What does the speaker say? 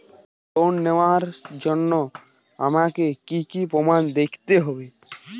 Loan নেওয়ার জন্য আমাকে কী কী প্রমাণ দেখতে হবে?